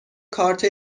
کارت